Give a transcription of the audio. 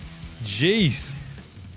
jeez